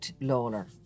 Lawler